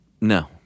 No